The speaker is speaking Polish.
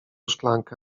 szklankę